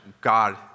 God